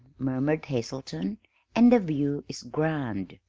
murmured hazelton and the view is grand!